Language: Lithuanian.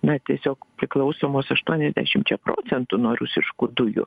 na tiesiog priklausomos aštuoniasdešimčia procentų nuo rusiškų dujų